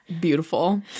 Beautiful